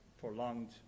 prolonged